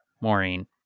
Maureen